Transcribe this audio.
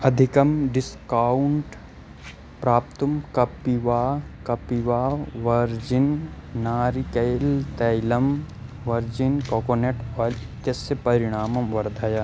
अधिकं डिस्कौण्ट् प्राप्तुं कप्पिवा कपिवा वर्जिन् नारिकैलतैलं वर्जिन् कोकोनट् ओय्ल् इत्यस्य परिणामं वर्धय